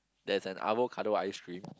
there's an avocado ice cream